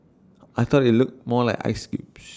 I thought IT looked more like ice cubes